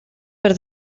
per